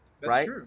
right